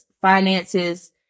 finances